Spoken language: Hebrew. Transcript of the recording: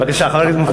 בבקשה, חבר הכנסת מופז.